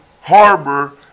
harbor